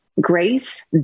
grace